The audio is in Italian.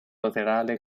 laterale